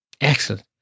Excellent